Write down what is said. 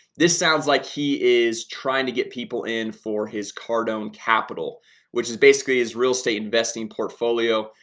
this sounds like he is trying to get people in for his cardone capital which is basically his real estate investing portfolio.